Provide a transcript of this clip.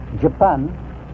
Japan